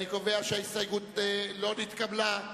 אני קובע שהסתייגות לא נתקבלה.